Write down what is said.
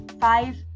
five